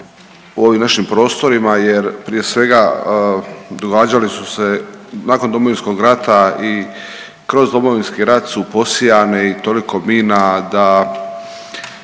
u ovim našim prostorima jer prije svega događali su se, nakon Domovinskog rata i kroz Domovinski rat su posijane i toliko mina da